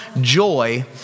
joy